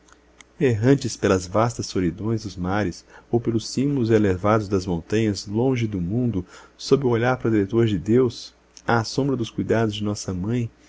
errantes pelas vastas solidões dos mares ou pelos cimos elevados das montanhas longe do mundo sob o olhar protetor de deus à sombra dos cuidados de nossa mãe